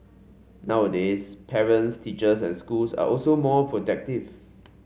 nowadays parents teachers and schools are also more protective